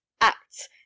acts